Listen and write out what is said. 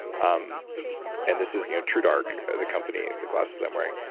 um and this is you know true dark, the company, the glasses i'm wearing.